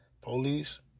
Police